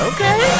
Okay